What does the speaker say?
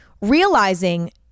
realizing